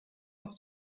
ist